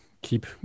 Keep